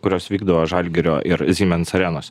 kurios vykdavo žalgirio ir siemens arenose